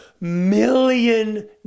million